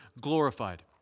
glorified